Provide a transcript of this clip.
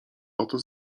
oto